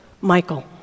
Michael